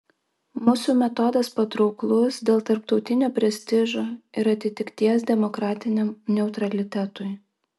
mūsų metodas patrauklus dėl tarptautinio prestižo ir atitikties demokratiniam neutralitetui